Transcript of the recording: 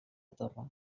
torre